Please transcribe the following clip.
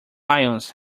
ions